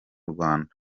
rwanda